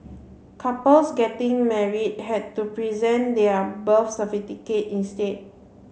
couples getting married had to present their birth instead